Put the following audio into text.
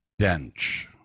Dench